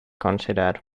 considered